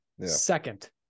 Second